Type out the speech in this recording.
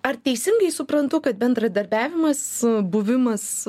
ar teisingai suprantu kad bendradarbiavimas buvimas